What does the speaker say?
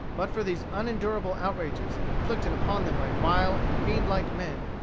but for these unendurable outrages, inflicted upon them by vile and fiend-like men,